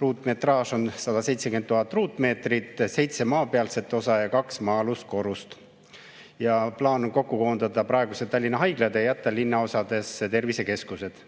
ruutmetraaž on 170 000 ruutmeetrit: seitse maapealset osa ja kaks maa-alust korrust. Plaan on kokku koondada praegused Tallinna haiglad ja jätta linnaosadesse tervisekeskused.